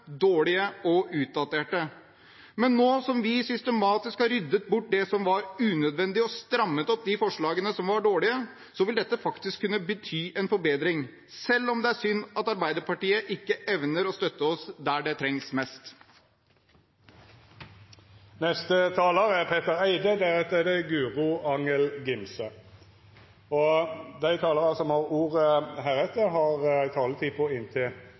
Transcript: dårlige og utdaterte. Men nå som vi systematisk har ryddet bort det som var unødvendig, og strammet opp de forslagene som var dårlige, vil dette faktisk kunne bety en forbedring – selv om det er synd at Arbeiderpartiet ikke evner å støtte oss der det trengs mest. Dei talarene som heretter får ordet, har ei taletid på inntil